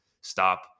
stop